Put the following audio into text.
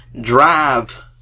Drive